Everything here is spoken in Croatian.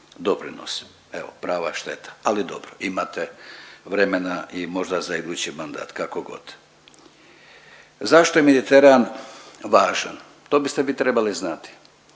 doprinos. Evo prava šteta, ali dobro, imate vremena možda i za idući mandat, kako got. Zašto je Mediteran važan, to biste vi trebali znati.